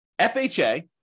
FHA